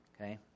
Okay